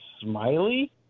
Smiley